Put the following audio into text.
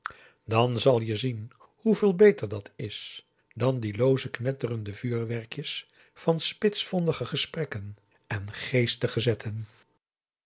dan zal je zien hoeveel beter dat is dan die looze knetterende vuurwerkjes van spitsvondige gesprekken en geestige zetten